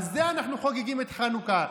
על זה אנחנו חוגגים את חנוכה.